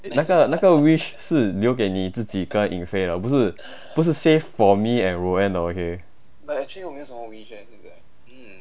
那个那个 wish 是留给你自己跟 yin fei 不是不是 save for me and roanne 的 okay